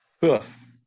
poof